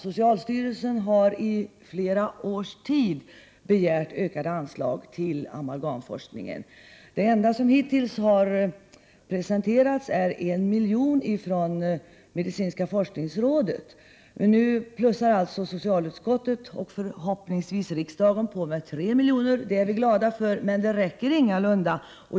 Socialstyrelsen har i flera års tid begärt ökade anslag till amalgamforskningen. Det enda som hittills har presenterats är 1 miljon ifrån medicinska forskningsrådet. Nu ökar socialutskottet, och förhoppningsvis riksdagen, på med 3 miljoner. Det är vi glada för, men det räcker ingalunda.